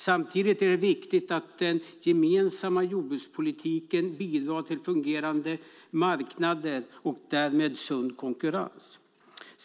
Samtidigt är det viktigt att den gemensamma jordbrukspolitiken bidrar till fungerande marknader och därmed sund konkurrens.